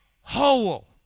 whole